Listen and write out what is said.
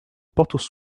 porthos